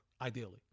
ideally